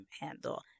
handle